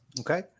okay